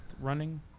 running